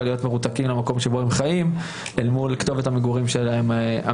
להיות מרותקים במקום שבו הם חיים מול כתובת המגורים המקורית